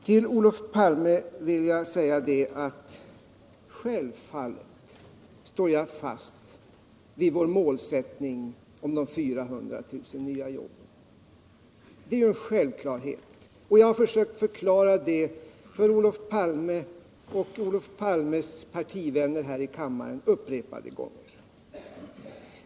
Till Olof Palme vill jag säga, att självfallet står jag fast vid vår målsättning om de 400 000 nya jobben. Det är en självklarhet, och jag har försökt förklara det för Olof Palme och Olof Palmes partivänner här i kammaren upprepade gånger.